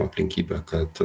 aplinkybę kad